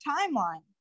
timeline